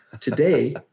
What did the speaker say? today